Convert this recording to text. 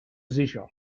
sicher